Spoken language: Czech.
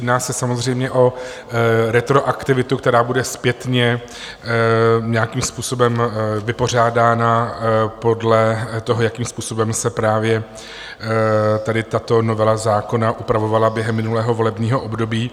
Jedná se samozřejmě o retroaktivitu, která bude zpětně nějakým způsobem vypořádána podle toho, jakým způsobem se právě tady tato novela zákona upravovala během minulého volebního období.